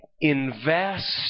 invest